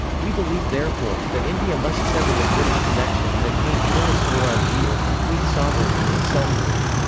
we believe therefore, that india must sever the british connection and attain purna swaraji or complete sovereignty and self-rule.